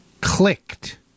clicked